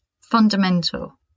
fundamental